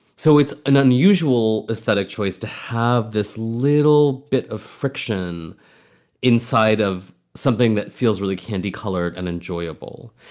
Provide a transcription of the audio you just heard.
so it's an unusual aesthetic choice to have this little bit of friction inside of something that feels really candy colored and enjoyable.